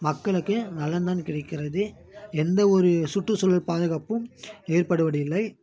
மக்களுக்கு நலன்தான் கிடைக்கிறது எந்த ஒரு சுற்றுசூழல் பாதுகாப்பும் ஏற்படுவது இல்லை